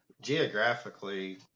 Geographically